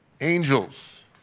Angels